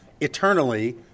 eternally